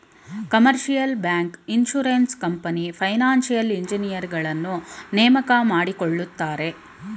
commercial bank, insurance company, financial ಇಂಜಿನಿಯರುಗಳನ್ನು ನೇಮಕ ಮಾಡಿಕೊಳ್ಳುತ್ತಾರೆ